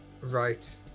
Right